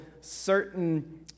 certain